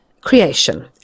creation